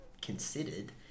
considered